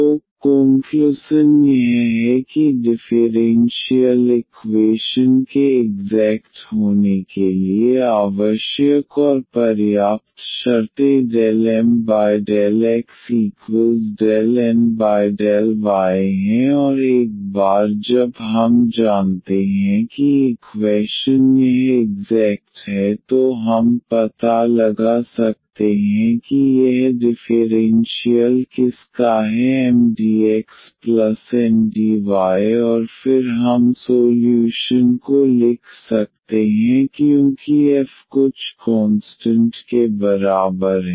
तो कोंक्लुसन यह है कि डिफ़ेरेन्शियल इक्वेशन के इग्ज़ैक्ट होने के लिए आवश्यक और पर्याप्त शर्तें ∂M∂y∂N∂x हैं और एक बार जब हम जानते हैं कि इक्वैशन यह इग्ज़ैक्ट है तो हम पता लगा सकते हैं कि यह डिफ़ेरेन्शियल किसका है MdxNdy और फिर हम सोल्यूशन को लिख सकते हैं क्योंकि f कुछ कोंस्टंट के बराबर है